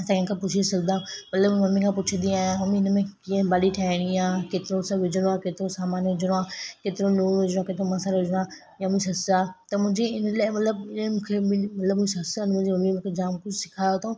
कंहिंखां पुछी सघंदा मतिलबु मां मम्मी खां पुछंदी आहियां मम्मी हिन में कीअं भाॼी ठाहिणी आहे कीअं केतिरो सभु विझणो आहे केतिरो सामान विझिणो आहे केतिरो लुणु विझणो आहे केतिरो मसालो विझणो आहे या मुंहिंजी ससु आहे त मुंहिंजी इन लाइ मतिलबु मुखे मतिलबु मुंहिंजी ससु ऐं मुंहिंजी मम्मी मूंखे जाम कुझु सेखारियो अथऊं